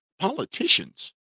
politicians